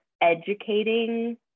educating